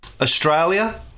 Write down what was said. Australia